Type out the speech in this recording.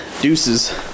Deuces